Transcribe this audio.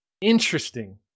Interesting